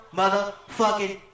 motherfucking